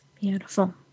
Beautiful